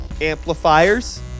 Amplifiers